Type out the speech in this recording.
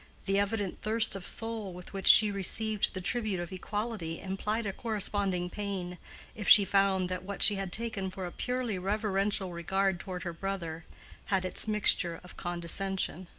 the evident thirst of soul with which she received the tribute of equality implied a corresponding pain if she found that what she had taken for a purely reverential regard toward her brother had its mixture of condescension.